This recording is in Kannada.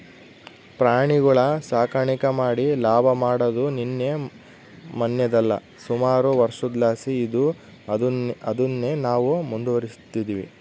ಪ್ರಾಣಿಗುಳ ಸಾಕಾಣಿಕೆ ಮಾಡಿ ಲಾಭ ಮಾಡಾದು ನಿನ್ನೆ ಮನ್ನೆದಲ್ಲ, ಸುಮಾರು ವರ್ಷುದ್ಲಾಸಿ ಇದ್ದು ಅದುನ್ನೇ ನಾವು ಮುಂದುವರಿಸ್ತದಿವಿ